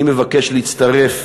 אני מבקש להצטרף